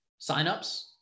signups